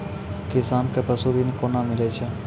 किसान कऽ पसु ऋण कोना मिलै छै?